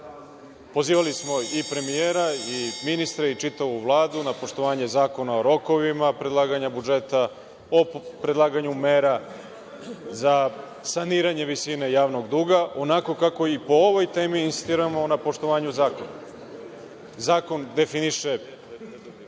zakona. Pozivali smo i premijera i ministre i čitavu Vladu na poštovanje zakona o rokovima, predlaganja budžeta, o predlaganju mera za saniranje visine javnog duga, onako kako i po ovoj temi insistiramo na poštovanju zakona. Zakon definiše